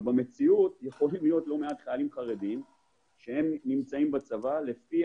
במציאות יכולים להיות לא מעט חיילים חרדים שנמצאים בצבא שלפי